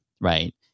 right